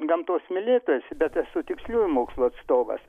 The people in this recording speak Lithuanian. gamtos mylėtojas bet esu tiksliųjų mokslų atstovas